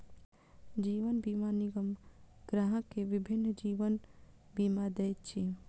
जीवन बीमा निगम ग्राहक के विभिन्न जीवन बीमा दैत अछि